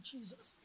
Jesus